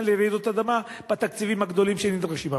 לרעידות אדמה בתקציבים הגדולים שנדרשים.